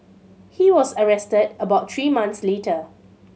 he was arrested about three months later